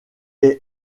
est